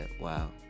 wow